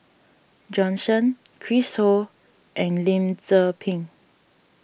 Bjorn Shen Chris Ho and Lim Tze Peng